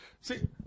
See